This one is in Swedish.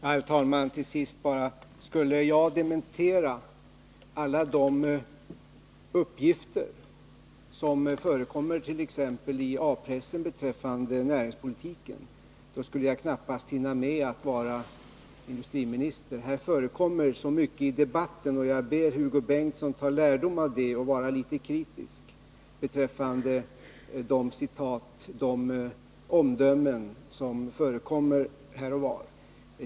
Herr talman! Till sist vill jag bara säga att skulle jag dementera alla de uppgifter som förekommer t.ex. i A-pressen beträffande näringspolitiken, då skulle jag knappast hinna med att vara industriminister. Det sägs så mycket i debatten, och jag ber Hugo Bengtsson ta lärdom av detta förhållande och vara litet kritisk när det gäller de citat och de omdömen som förekommer här och var.